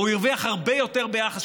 או הוא הרוויח הרבה יותר ביחס,